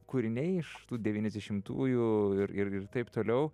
kūriniai iš tų devyniasdešimtųjų ir ir ir taip toliau